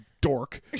dork